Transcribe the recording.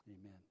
Amen